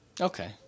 Okay